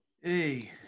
Hey